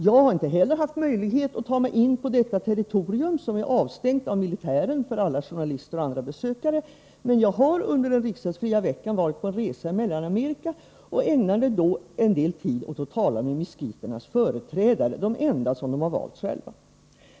Jag har inte heller haft möjlighet att ta mig in på detta territorium, som är avstängt av militären för alla journalister och andra besökare, men jag har under den riksdagsfria veckan varit på en resa i Mellanamerika och ägnade då en del tid åt att tala med miskiternas företrädare, de enda som de har valt själva.